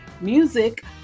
music